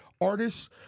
artists